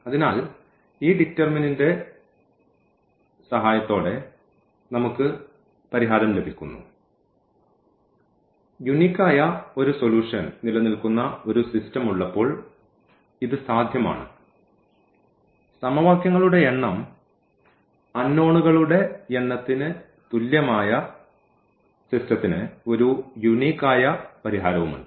അതിനാൽ ഈ ഡിറ്റർമിനന്റിന്റെ സഹായത്തോടെ നമുക്ക് പരിഹാരം ലഭിക്കുന്നു യൂനിക് ആയ ഒരു സൊലൂഷൻ നിലനിൽക്കുന്ന ഒരു സിസ്റ്റം ഉള്ളപ്പോൾ ഇത് സാധ്യമാണ് സമവാക്യങ്ങളുടെ എണ്ണം അൺനോണ്കളുടെ എണ്ണത്തിന് തുല്യമായ സിസ്റ്റത്തിന് ഒരു യൂനിക് ആയ പരിഹാരവുമുണ്ട്